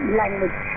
language